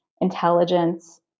intelligence